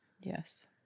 Yes